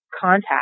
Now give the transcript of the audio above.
contact